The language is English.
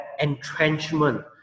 entrenchment